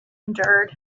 endured